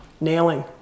nailing